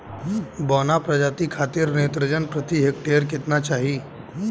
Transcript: बौना प्रजाति खातिर नेत्रजन प्रति हेक्टेयर केतना चाही?